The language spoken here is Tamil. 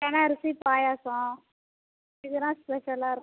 தினை அரிசி பாயாசம் இதெல்லாம் ஸ்பெஷலாக இருக்கு